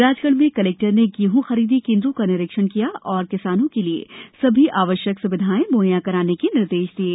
राजगढ़ में कलेक्टर ने गेंहूं खरीदी केन्द्रों का निरीक्षण किया और किसानों के लिए सभी आवश्यक सुविधायें मुहैया कराने के निर्देश दिये